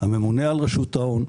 הממונה על רשות ההון,